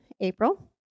April